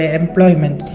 employment